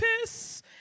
piss